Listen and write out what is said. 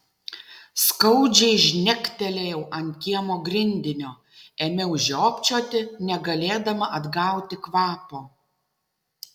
skaudžiai žnektelėjau ant kiemo grindinio ėmiau žiopčioti negalėdama atgauti kvapo